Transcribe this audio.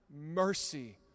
mercy